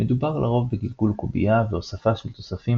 מדובר לרוב בגלגול קובייה והוספה של תוספים